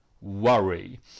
Worry